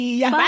Bye